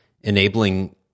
enabling